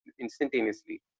instantaneously